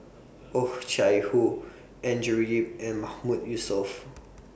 Oh Chai Hoo Andrew Yip and Mahmood Yusof